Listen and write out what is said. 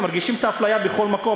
מרגישים את האפליה בכל מקום,